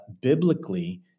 biblically